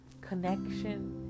connection